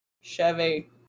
Chevy